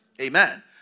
Amen